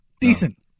Decent